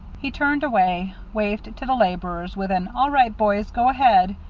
he turned away, waved to the laborers, with an, all right, boys go ahead,